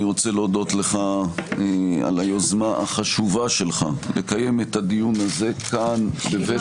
אני רוצה להודות לך על היוזמה החשובה שלך לקיים את הדיון הזה כאן בבית